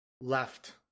left